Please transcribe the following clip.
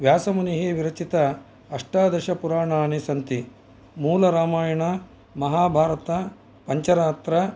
व्यासमूनेः विरचिता अष्टादशपुराणानि सन्ति मूलरामायणम् महाभारतम् पाञ्चरात्रम्